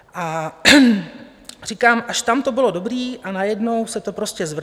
A říkám, až tam to bylo dobré, a najednou se to prostě zvrtlo.